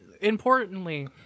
importantly